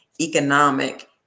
economic